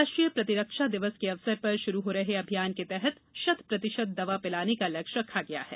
राष्ट्रीय प्रतिरक्षा दिवस के अवसर पर शुरू हो रहे अभियान के तहत शत प्रतिषत दवा पिलाने का लक्ष्य रखा गया है